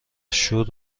شور